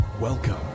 Welcome